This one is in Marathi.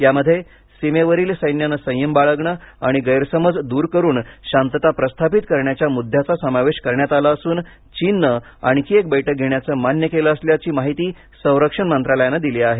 यामध्ये सीमेवरील सैन्याने संयम बाळगणे आणि गैरसमज दूर करून शांतता प्रस्थापित करण्याच्या मुद्याचा समावेश करण्यात आला असून चीनने आणखी एक बैठक घेण्याचे मान्य केलं असल्याची माहिती संरक्षण मंत्रालयाने दिली आहे